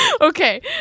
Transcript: Okay